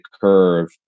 curve